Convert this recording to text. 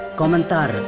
komentar